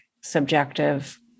subjective